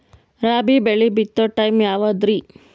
ರಾಬಿ ಬೆಳಿ ಬಿತ್ತೋ ಟೈಮ್ ಯಾವದ್ರಿ?